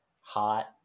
hot